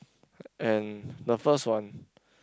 and the first one